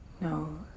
No